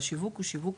והשיווק הוא שיווק